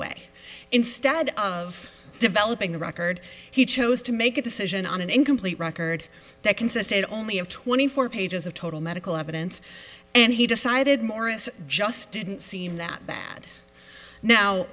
way instead of developing the record he chose to make a decision on an incomplete record that consisted only of twenty four pages of total medical evidence and he decided morris just didn't seem that bad now